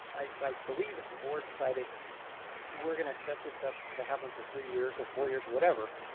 i like believe if the board decided we're going to set this up to happen for three years or four years or whatever,